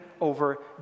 over